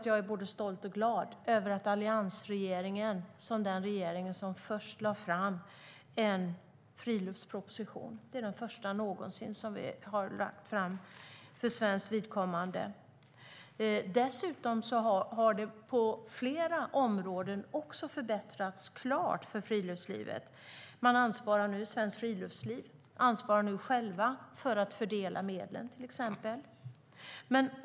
Jag är både stolt och glad över att alliansregeringen är den regering som först lade fram en friluftsproposition, den första någonsin för svenskt vidkommande. Dessutom har det på flera områden klart förbättrats för friluftslivet. Svenskt Friluftsliv ansvarar nu självt för att fördela medlen, till exempel.